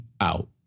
out